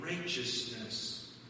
righteousness